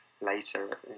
later